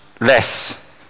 less